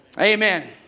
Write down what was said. Amen